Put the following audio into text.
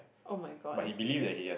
[oh]-my-god are you serious